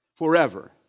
forever